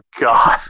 God